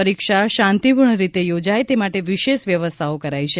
પરીક્ષા શાંતિપૂર્ણ રીતે યોજાય તે માટે વિશેષ વ્યવસ્થાઓ કરાઈ છે